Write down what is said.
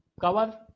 cover